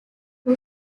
two